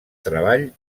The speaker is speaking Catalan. treball